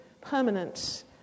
permanence